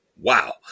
wow